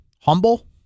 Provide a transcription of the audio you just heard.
humble